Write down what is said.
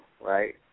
right